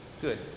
good